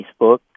Facebook